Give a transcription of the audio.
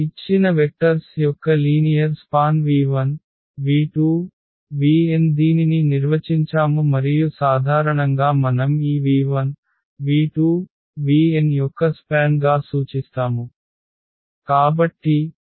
ఇచ్చిన వెక్టర్స్ యొక్క linear span v1 v2 vn దీనిని నిర్వచించాము మరియు సాధారణంగా మనం ఈ v1 v2 vn యొక్క వ్యవధి గా సూచిస్తాము